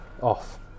off